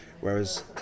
whereas